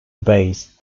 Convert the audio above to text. based